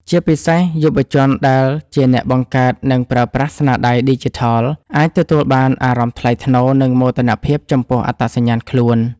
ជាពិសេស យុវជនដែលជាអ្នកបង្កើតនិងប្រើប្រាស់ស្នាដៃឌីជីថល អាចទទួលបានអារម្មណ៍ថ្លៃថ្នូរ និងមោទនភាពចំពោះអត្តសញ្ញាណខ្លួន